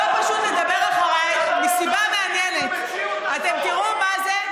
למה אתם משלימים עם המציאות הזאת?